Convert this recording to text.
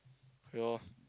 okay lor